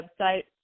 website